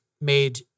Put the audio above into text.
made